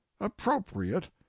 appropriate